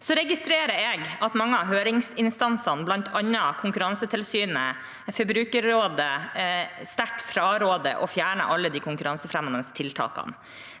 Jeg registrerer at mange av høringsinstansene, bl.a. Konkurransetilsynet og Forbrukerrådet, sterkt fraråder å fjerne alle de konkurransefremmende tiltakene.